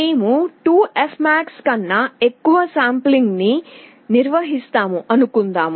మేము 2fmax కన్నా ఎక్కువ శాంప్లింగ్ ని నిర్వహిస్తాము అనుకుందాం